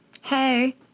hey